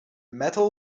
metal